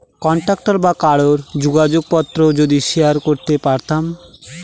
contact বা কারোর যোগাযোগ পত্র যদি শেয়ার করতে পারতাম